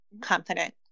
confident